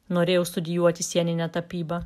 norėjau studijuoti sieninę tapybą